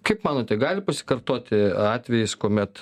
kaip manote gali pasikartoti atvejis kuomet